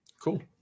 Cool